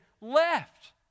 left